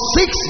six